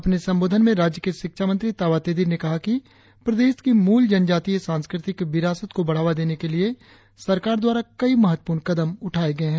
अपने संबोधन में राज्य के शिक्षा मंत्री ताबा तेदिर ने कहा कि प्रदेश की मूल जानजातीय सांस्कृतिक विरासत को बढ़ावा देने के लिए सरकार द्वारा कई महत्वपूर्ण कदम उठाये गए है